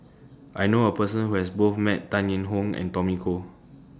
I know A Person Who has Both Met Tan Eng Hoon and Tommy Koh